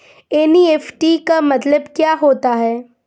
NEFT का मतलब क्या होता है?